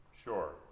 Sure